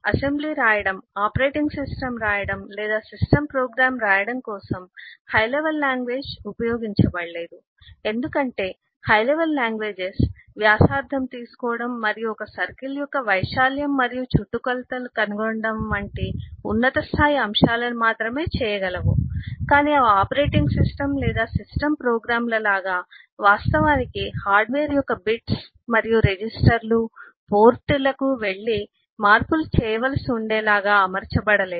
assembly రాయడం operating systems రాయడం లేదా సిస్టమ్స్ ప్రోగ్రామ్స్ రాయడం కోసం హై లెవల్ లాంగ్వేజెస్ ఉపయోగించబడలేదు ఎందుకంటే హై లెవల్ లాంగ్వేజెస్ వ్యాసార్థం తీసుకోవడం మరియు ఒక సర్కిల్ యొక్క వైశాల్యం మరియు చుట్టుకొలతను కనుగొనడం వంటి ఉన్నత స్థాయి అంశాలను మాత్రమే చేయగలవు కాని అవి ఆపరేటింగ్ సిస్టమ్ లేదా సిస్టమ్స్ ప్రోగ్రామ్లలాగా వాస్తవానికి హార్డ్వేర్ యొక్క బిట్స్ మరియు రిజిస్టర్లు మరియు పోర్ట్లకు వెళ్లి మార్పులు చేయవలసి ఉండేలాగా అమర్చబడలేదు